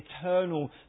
eternal